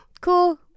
cool